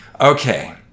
Okay